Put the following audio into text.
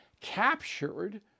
captured